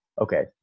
okay